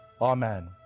amen